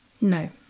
No